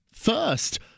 first